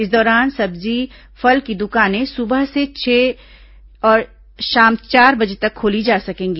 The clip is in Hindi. इस दौरान सब्जी और फल की दुकानें सुबह से छह से शाम चार बजे तक खोली जा सकेंगी